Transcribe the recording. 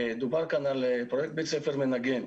דובר כאן על פרויקט בית ספר מנגן,